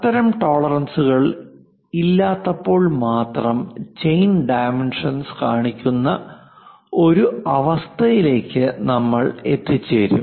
അത്തരം ടോളറൻസ്കൾ ഇല്ലാത്തപ്പോൾ മാത്രം ചെയിൻ ഡൈമെൻഷൻസ് കാണിക്കുന്ന ഒരു അവസ്ഥയി ലേക്ക് നമ്മൾ എത്തിച്ചേരും